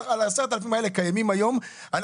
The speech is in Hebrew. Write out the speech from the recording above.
אנחנו אומרים לך על ה-10 אלף האלה הקיימים היום 'תשמעי,